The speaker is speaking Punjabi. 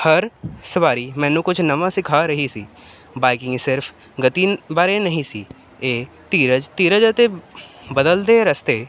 ਹਰ ਸਵਾਰੀ ਮੈਨੂੰ ਕੁਝ ਨਵਾਂ ਸਿਖਾ ਰਹੀ ਸੀ ਬਾਈਕਿੰਗ ਸਿਰਫ ਗਤੀ ਬਾਰੇ ਨਹੀਂ ਸੀ ਇਹ ਧੀਰਜ ਧੀਰਜ ਅਤੇ ਬਦਲਦੇ ਰਸਤੇ